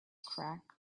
crack